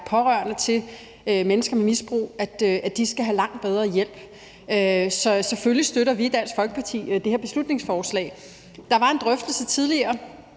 pårørende til mennesker med misbrug, skal have langt bedre hjælp. Så selvfølgelig støtter vi i Dansk Folkeparti det her beslutningsforslag. Der var en drøftelse tidligere